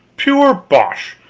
pure bosh,